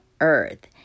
earth